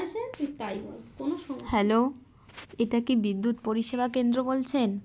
hello এটা কি বিদ্যুৎ পরিষেবা কেন্দ্র বলছেন